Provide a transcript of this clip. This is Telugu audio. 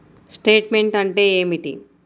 స్టేట్మెంట్ అంటే ఏమిటి?